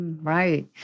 Right